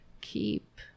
keep